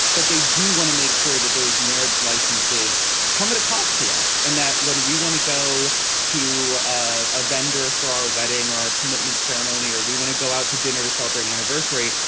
but they do want to make sure that those marriage licenses come at a cost to us and that when we want to go to ah a vendor for our wedding, our commitment ceremony, or we want to go out to dinner to celebrate anniversary,